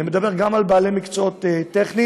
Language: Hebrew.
אני מדבר גם על בעלי מקצועות טכניים,